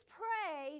pray